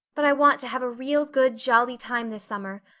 but i want to have a real good jolly time this summer,